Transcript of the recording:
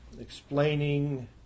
explaining